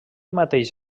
mateix